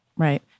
Right